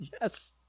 yes